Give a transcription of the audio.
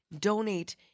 donate